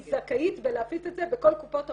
זכאית ולהפיץ את זה בכל קופות החולים,